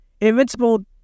Invincible